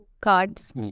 cards